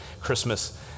Christmas